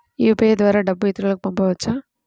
UPI ద్వారా డబ్బు ఇతరులకు పంపవచ్చ?